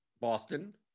Boston